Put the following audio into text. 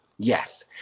Yes